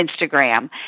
Instagram